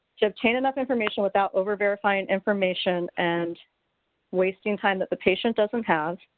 to obtain enough information without over verifying information and wasting time that the patient doesn't have